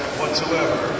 whatsoever